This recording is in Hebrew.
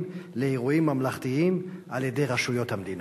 לאירועים ממלכתיים על-ידי רשויות המדינה?